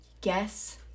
guess